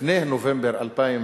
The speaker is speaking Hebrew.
לפני נובמבר 2012,